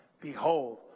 Behold